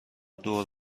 دور